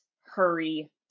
hurry